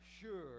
sure